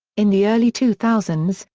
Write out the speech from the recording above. in the early two thousand s,